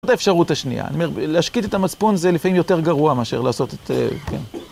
זאת האפשרות השנייה, להשקיט את המצפון זה לפעמים יותר גרוע מאשר לעשות את...